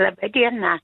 laba diena